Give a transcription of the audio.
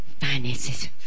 finances